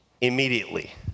immediately